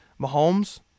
Mahomes